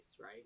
right